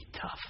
tough